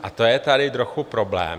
A to je tady trochu problém.